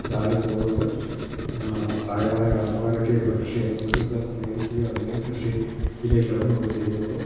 ഇതായി പോകുന്നത് പ്രായമായ കാരണന്മാരൊക്കെ ഇപ്പം കൃഷിയെ ഒരുവിധം സ്നേഹിക്കുകയാ അല്ലെങ്കിൽ കൃഷി യിലേക്ക് ഇറങ്ങോക്കെ ചെയ്യുന്നുള്ളു